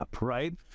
right